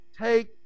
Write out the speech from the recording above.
take